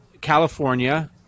California